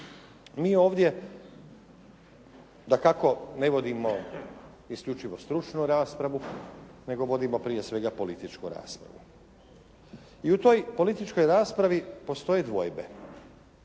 Mi ovdje dakako ne vodimo isključivo stručnu raspravu, nego vodimo prije svega političku raspravu i u toj političkoj raspravi postoje dvojbe.